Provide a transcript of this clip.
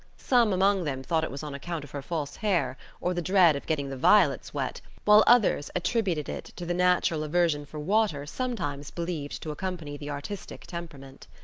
some among them thought it was on account of her false hair, or the dread of getting the violets wet, while others attributed it to the natural aversion for water sometimes believed to accompany the artistic temperament.